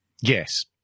Yes